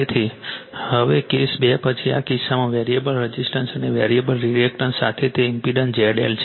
તેથી હવે કેસ 2 પછી આ કિસ્સામાં વેરીએબલ રઝિસ્ટન્સ અને વેરીએબલ રિએક્ટન્સ સાથે તે ઇમ્પેડન્સ ZL છે